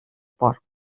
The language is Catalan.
porc